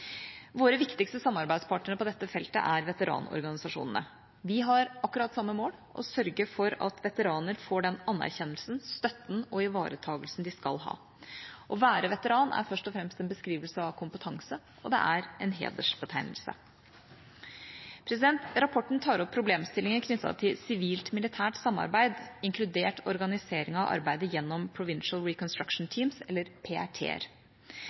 Våre viktigste samarbeidspartnere på dette feltet er veteranorganisasjonene. Vi har akkurat samme mål: å sørge for at veteraner får den anerkjennelsen, støtten og ivaretagelsen de skal ha. Å være veteran er først og fremst en beskrivelse av kompetanse – og det er en hedersbetegnelse. Rapporten tar opp problemstillinger knyttet til sivilt–militært samarbeid, inkludert organisering av arbeidet gjennom Provincial Reconstruction Teams, eller